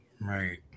Right